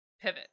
pivot